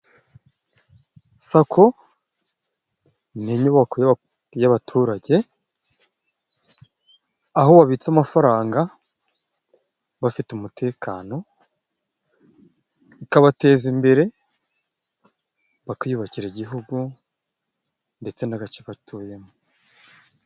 Sako ni inyubako y'abaturage aho babitsa amafaranga bafite umutekano. Ikabateza imbere, bakiyubakira igihugu ndetse n'agace batuyemo.